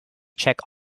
checked